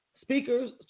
speakers